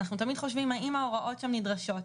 אנחנו תמיד שואלים האם ההוראות שם נדרשות.